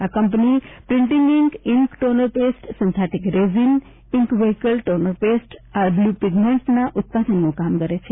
આ company printing ink ink toner paste synthetic resin ink vehicle toner paste આર blue પીગમેન્ટના ઉત્પાદનનું કામ કરે છે